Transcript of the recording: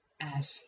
ash